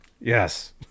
Yes